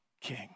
king